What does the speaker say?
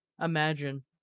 Imagine